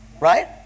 Right